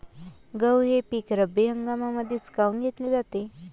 गहू हे पिक रब्बी हंगामामंदीच काऊन घेतले जाते?